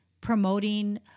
promoting